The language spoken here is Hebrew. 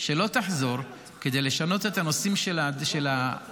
שלא תחזור כדי לשנות את הנושאים של העבודה